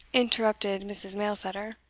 interrupted mrs. mailsetter,